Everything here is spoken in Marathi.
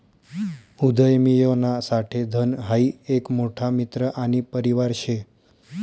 उदयमियोना साठे धन हाई एक मोठा मित्र आणि परिवार शे